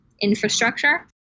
infrastructure